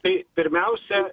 tai pirmiausia